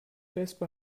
wespe